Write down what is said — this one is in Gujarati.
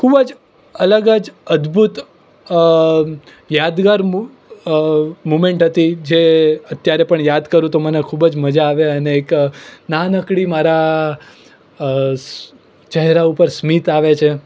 ખૂબ જ અલગ જ અદ્ભૂત યાદગાર મુમેન્ટ હતી જે અત્યારે પણ યાદ કરું તો મને ખૂબ જ મજા આવે અને એક નાનકડી મારા ચહેરા ઉપર સ્મિત આવે છે